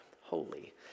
holy